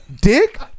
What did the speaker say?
Dick